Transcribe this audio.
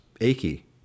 achy